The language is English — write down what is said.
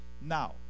Now